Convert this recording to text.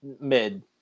mid